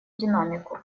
динамику